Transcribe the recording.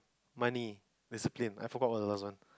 money discipline I forgot what's the last one